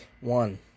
one